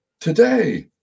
today